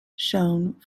shone